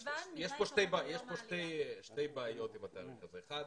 יש שתי בעיות עם התאריך הזה: אחת,